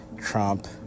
Trump